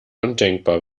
undenkbar